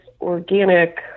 organic